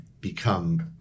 become